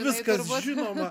viskas žinoma